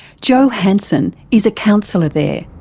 jo hansen is a counsellor there.